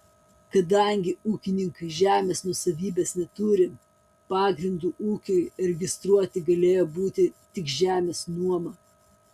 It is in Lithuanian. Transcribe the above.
kadangi ūkininkai žemės nuosavybės neturi pagrindu ūkiui registruoti galėjo būti tik žemės nuoma